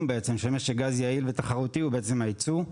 בעצם של משק גז יעיל ותחרותי הוא בעצם הייצוא,